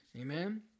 Amen